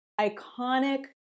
Iconic